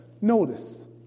Notice